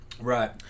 Right